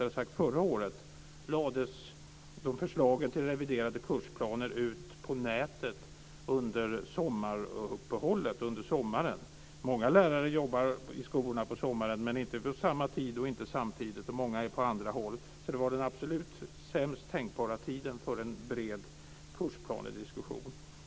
Förra året lades förslagen till reviderade kursplaner ut på nätet under sommaren. Många lärare jobbar i skolorna på sommaren men inte vid samma tid och inte samtidigt, och många är på andra håll. Det var därför den absolut sämsta tänkbara tiden för en bred kursplanediskussion.